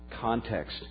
context